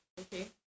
okay